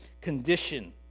condition